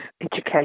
education